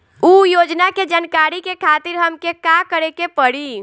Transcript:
उ योजना के जानकारी के खातिर हमके का करे के पड़ी?